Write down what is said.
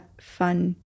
fun